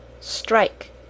strike